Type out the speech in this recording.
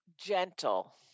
gentle